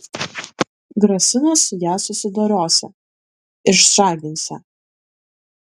grasino su ja susidorosią išžaginsią